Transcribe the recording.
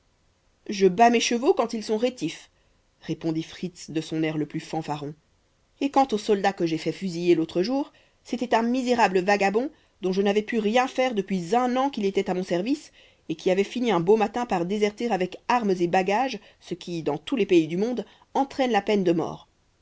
je bats mes chevaux quand ils sont rétifs répondit fritz de son air le plus fanfaron et quant au soldat que j'ai fait fusiller l'autre jour c'était un misérable vagabond dont je n'avais pu rien faire depuis un an qu'il était à mon service et qui avait fini un beau matin par déserter avec armes et bagages ce qui dans tous les pays du monde entraîne la peine de mort